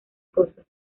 cosas